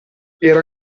era